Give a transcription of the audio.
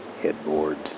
headboards